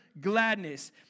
gladness